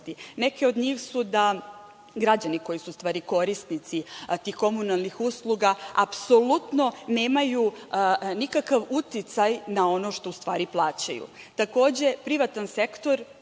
Neke od njih su da građani, koji su u stvari korisnici tih komunalnih usluga, apsolutno nemaju nikakav uticaj na ono što u stvari plaćaju. Takođe, privatan sektor,